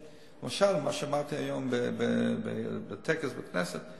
למשל, מה שאמרתי היום בטקס בכנסת הוא